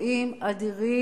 אלוהים אדירים.